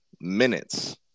minutes